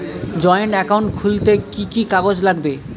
Joint account খুলতে কি কি কাগজ লাগবে?